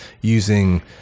using